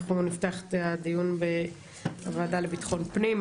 אנחנו נפתח את הדיון בוועדה לביטחון פנים.